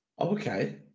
Okay